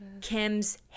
kim's